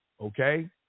okay